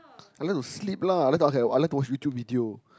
I like to sleep lah I like to okay I like to watch YouTube video